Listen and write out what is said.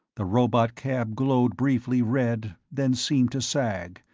the robotcab glowed briefly red, then seemed to sag,